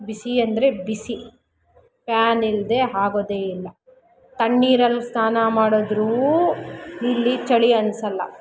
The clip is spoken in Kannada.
ಬಿಸಿ ಅಂದರೆ ಬಿಸಿ ಫ್ಯಾನಿಲ್ಲದೆ ಆಗೋದೇ ಇಲ್ಲ ತಣ್ಣೀರಲ್ಲಿ ಸ್ನಾನ ಮಾಡಿದ್ರೂ ಇಲ್ಲಿ ಚಳಿ ಅನಿಸಲ್ಲ